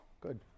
Good